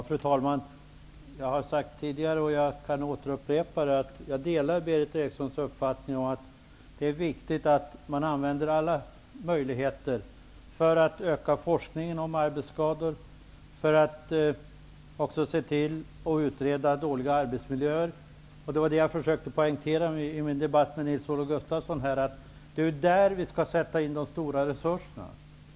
Fru talman! Jag kan upprepa att jag delar Berith Erikssons uppfattning om att det är viktigt att använda sig av alla möjligheter för att öka forskningen om arbetsskador och för att se till att dåliga arbetsmiljöer utreds. Jag försökte i min debatt med Nils-Olof Gustafsson poängtera att det är där som resurserna skall sättas in.